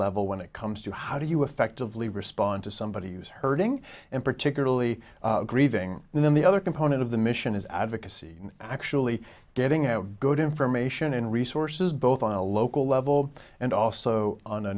level when it comes to how do you effectively respond to somebody who's hurting and particularly grieving and then the other component of the mission is advocacy and actually getting have good information and resources both on a local level and also on a